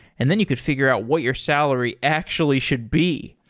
and then you could figure out what your salary actually should be.